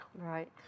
Right